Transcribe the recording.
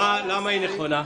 למה היא נכונה?